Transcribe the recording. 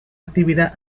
actividad